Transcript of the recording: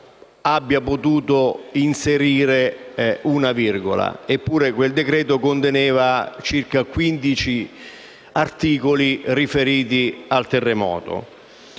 abbia potuto inserire una virgola, eppure quel decreto conteneva circa 15 articoli riferiti al terremoto.